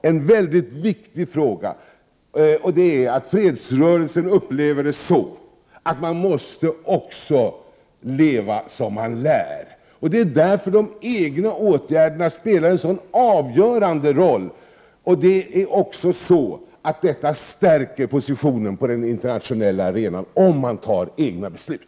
En mycket viktig fråga i dag är att fredsrörelsen anser att man måste leva som man lär. Det är därför som de egna åsikterna spelar en så avgörande roll. Det stärker positionerna på den internationella arenan om man fattar egna beslut.